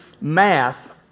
math